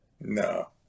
No